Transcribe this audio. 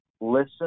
listen